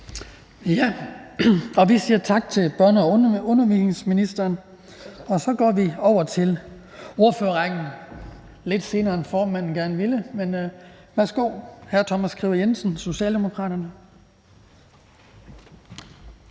Vi siger tak til børne- og undervisningsministeren. Og så går vi over til ordførerrækken, lidt senere end formanden gerne ville, men værsgo til Thomas Skriver Jensen, Socialdemokraterne.